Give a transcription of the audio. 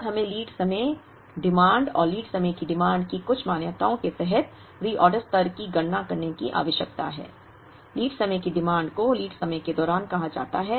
अब हमें लीड समय मांग और लीड समय की मांग की कुछ मान्यताओं के तहत रीऑर्डर स्तर की गणना करने की आवश्यकता है लीड समय की मांग को लीड समय के दौरान कहा जाता है